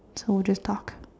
so we'll just talk